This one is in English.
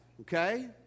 okay